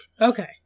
okay